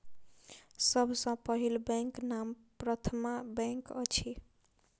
सभ सॅ पहिल बैंकक नाम प्रथमा बैंक अछि